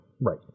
right